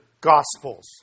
Gospels